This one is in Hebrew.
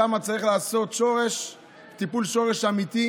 שם צריך לעשות טיפול שורש אמיתי,